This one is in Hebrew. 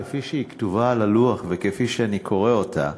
כפי שהיא כתובה על הלוח וכפי שאני קורא אותה,